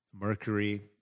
mercury